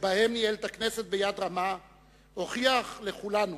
שבהם ניהל את הכנסת ביד רמה הוכיח לכולנו